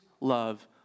love